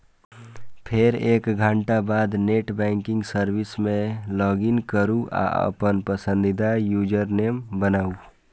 फेर एक घंटाक बाद नेट बैंकिंग सर्विस मे लॉगइन करू आ अपन पसंदीदा यूजरनेम बनाउ